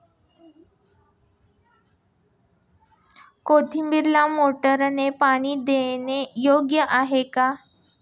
कोथिंबीरीला मोटारने पाणी देणे योग्य आहे का?